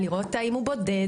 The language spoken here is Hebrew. לראות אם הוא בודד,